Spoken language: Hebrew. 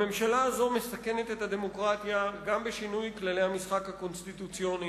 הממשלה הזאת מסכנת את הדמוקרטיה גם בשינוי כללי המשחק הקונסטיטוציוניים,